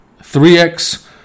3x